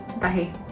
Bye